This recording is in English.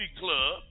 club